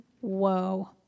Whoa